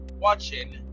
watching